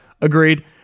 Agreed